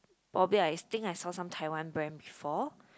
probably I think I saw some Taiwan brand before